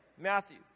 Matthew